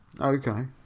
Okay